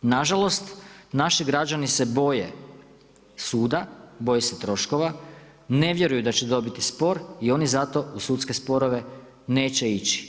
Na žalost, naši građani se boje suda, boje se troškova, ne vjeruju da će dobiti spor i oni zato u sudske sporove neće ići.